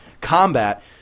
combat